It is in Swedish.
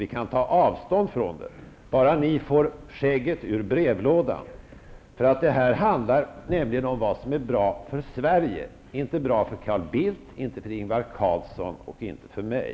Vi kan ta avstånd från det, bara ni får skägget ur brevlådan. Det här handlar nämligen om vad som är bra för Sverige, inte för Carl Bildt, inte för Ingvar Carlsson och inte för mig.